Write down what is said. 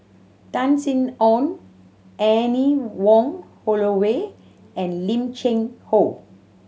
Tan Sin Aun Anne Wong Holloway and Lim Cheng Hoe